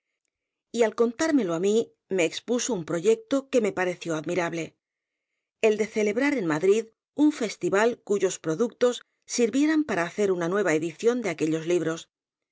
y al contármelo á mí me expuso un proyecto que me pareció admirable el de celebrar en madrid un festival cuyos productos sirvieran para hacer una nueva edición de aquellos